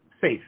safe